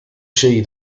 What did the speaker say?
she